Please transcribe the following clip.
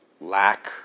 lack